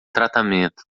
tratamento